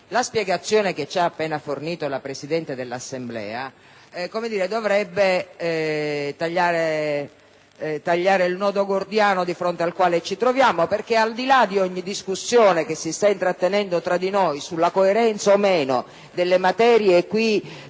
la spiegazione che ci ha appena fornito la Presidente dell'Assemblea dovrebbe tagliare il nodo gordiano di fronte al quale ci troviamo perché, al di là di ogni discussione che sta intercorrendo tra di noi sulla coerenza o meno delle materie qui